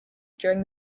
during